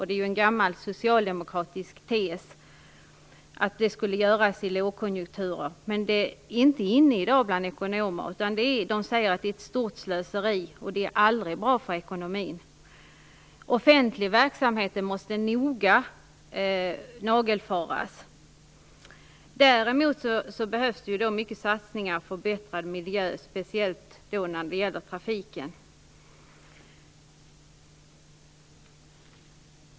Det är en gammal socialdemokratisk tes att det skulle göras i lågkonjunkturer. Men det är i dag inte "inne" bland ekonomer. De säger att det är ett stort slöseri och aldrig bra för ekonomin. Offentlig verksamhet måste nagelfaras noga. Däremot behövs det många satsningar för bättre miljö, speciellt när det gäller trafiken.